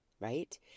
right